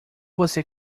você